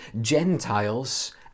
Gentiles